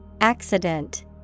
Accident